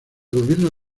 gobierno